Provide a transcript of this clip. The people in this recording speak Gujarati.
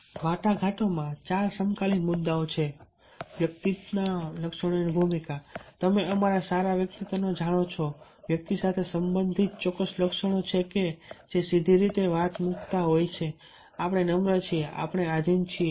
હવે વાટાઘાટમાં ચાર સમકાલીન મુદ્દાઓ છે વ્યક્તિત્વના લક્ષણોની ભૂમિકા તમે અમારા સારા વ્યક્તિત્વને જાણો છો વ્યક્તિત્વ સાથે સંબંધિત ચોક્કસ લક્ષણો છે કે જે સીધી રીતે વાત મુકતા હોય છે આપણે નમ્ર છીએ આપણે આધીન છીએ